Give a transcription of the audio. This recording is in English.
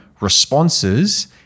responses